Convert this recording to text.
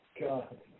god